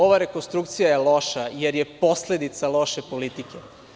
Ova rekonstrukcija je loša jer je posledica loše politike.